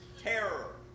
terror